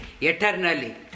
eternally